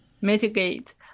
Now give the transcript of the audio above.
mitigate